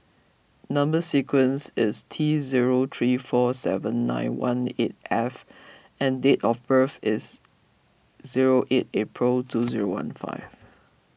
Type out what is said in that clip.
Number Sequence is T zero three four seven nine one eight F and date of birth is zero eight April two zero one five